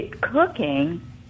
cooking